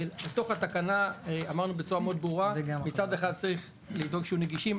בתוך התקנה אמרנו בצורה מאוד ברורה כיצד צריך לדאוג שהם יהיו נגישים,